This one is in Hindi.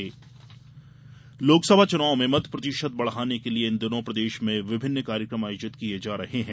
मतदाता जागरूकता अभियान लोकसभा चुनाव में मत प्रतिशत बढ़ाने के लिए इन दिनों प्रदेश में विभिन्न कार्यक्रम आयोजित किए जा रहे हैं